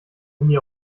handy